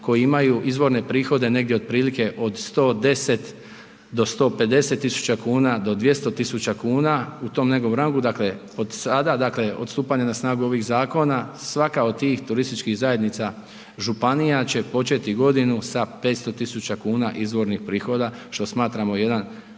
koji imaju izvorne prihode negdje otprilike od 110 do 150.000 kuna, do 200.000 kuna u tom nekom rangu. Dakle, od sada dakle od stupanja na ovih zakona svaka od tih turističkih zajednica županija će početi godinu sa 500.000 kuna izvornih prihoda što smatramo jedan